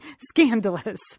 scandalous